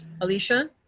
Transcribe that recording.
alicia